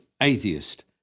atheist